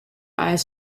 eyes